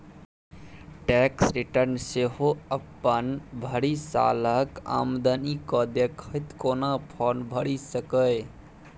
tax return सेहो अपन भरि सालक आमदनी केँ देखैत कोनो फर्म भरि सकैए